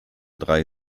drei